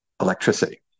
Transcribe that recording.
electricity